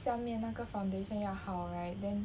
下面那个 foundation 要好 right then